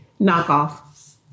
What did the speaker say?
knockoff